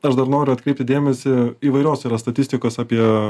aš dar noriu atkreipti dėmesį įvairios yra statistikos apie